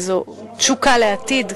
איזו תשוקה לעתיד,